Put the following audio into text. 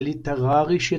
literarische